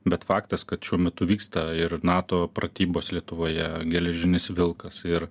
bet faktas kad šiuo metu vyksta ir nato pratybos lietuvoje geležinis vilkas ir